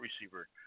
receiver